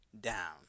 down